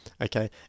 okay